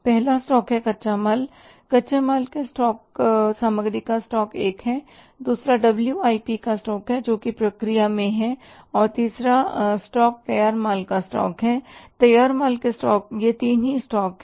पहला स्टॉक है कच्चा माल कच्चे माल का स्टॉक सामग्री का स्टॉक एक है दूसरा डब्ल्यूआईपी का स्टॉक है जोकि प्रक्रिया में है और तीसरा स्टॉक तैयार माल का स्टॉक है तैयार माल का स्टॉक ये तीन ही स्टॉक है